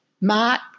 Mark